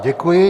Děkuji.